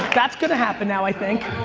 that's gonna happen now, i think.